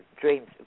dreams